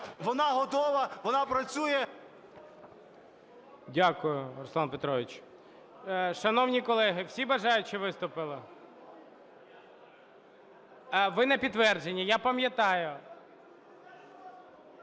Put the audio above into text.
Вона готова, вона працює… ГОЛОВУЮЧИЙ. Дякую Руслан Петрович. Шановні колеги, всі бажаючі виступили? Ви на підтвердження, я пам'ятаю.